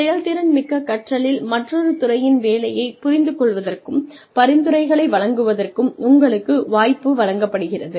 செயல்திறன் மிக்க கற்றலில் மற்றொரு துறையின் வேலையைப் புரிந்துகொள்வதற்கும் பரிந்துரைகளை வழங்குவதற்கும் உங்களுக்கு வாய்ப்பு வழங்கப்படுகிறது